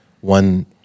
one